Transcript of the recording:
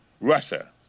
Russia